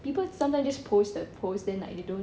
people sometimes just post the post then like they don't